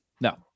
no